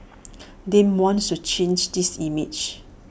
Dem wants to change this image